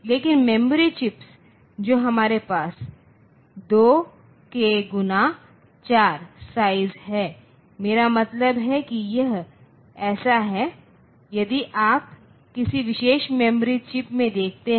लेकिन memory chips जो हमारे पास 2kx4 साइज है मेरा मतलब है कि यह ऐसा है यदि आप किसी विशेष मेमोरी चिप में देखते हैं